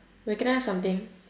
wait can I ask something